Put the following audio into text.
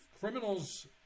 Criminals